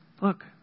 look